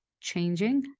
changing